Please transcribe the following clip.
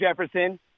Jefferson